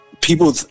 people